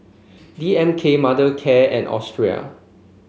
D M K Mothercare and Australis